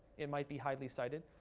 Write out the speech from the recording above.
it might be highly cited.